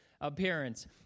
appearance